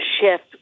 shift